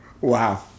Wow